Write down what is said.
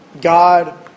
God